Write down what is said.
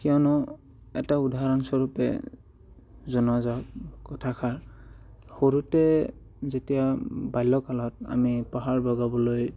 কিয়নো এটা উদাহৰণস্বৰূপে জনোৱা যাওঁক কথাষাৰ সৰুতে যেতিয়া বাল্য কালত আমি পাহাৰ বগাবলৈ